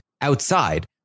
outside